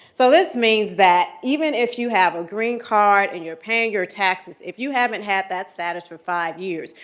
so this means that, even if you have a green card and you're paying your taxes, if you haven't had that status for five years,